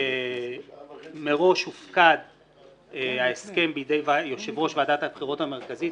מראש הופקד ההסכם בידי יושב-ראש ועדת הבחירות המרכזית,